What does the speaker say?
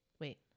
Wait